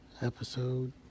episode